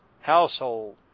household